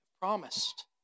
promised